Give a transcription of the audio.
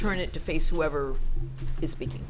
turn it to face whoever is speaking